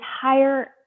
higher